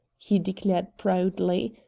he declared proudly,